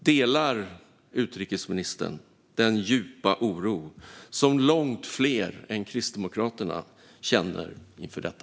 Delar utrikesministern den djupa oro som långt fler än Kristdemokraterna känner inför detta?